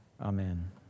Amen